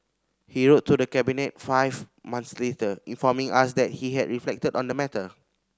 he wrote to the Cabinet five months later informing us that he had reflected on the matter